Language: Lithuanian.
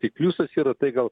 tai pliusas yra tai gal